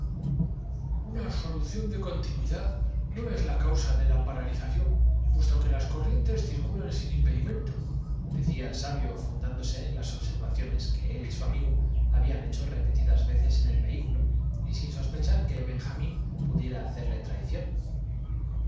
una solución de continuidad no es la causa de la paralización puesto que las corrientes circulan sin impedimento decía el sabio fundándose en las obser vaciones que él y su amigo habían hecho repetidas ó i en el vehículo veces y sin sospechar que benjamín